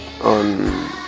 on